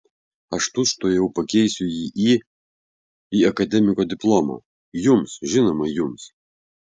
aš tučtuojau pakeisiu jį į į akademiko diplomą jums žinoma jums